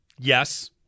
Yes